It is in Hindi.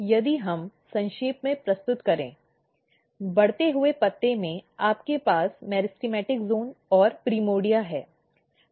यदि हम संक्षेप में प्रस्तुत करें बढ़ते पत्ते में आपके पास मेरिस्टेमेटिक क्षेत्र और प्राइमोर्डिया है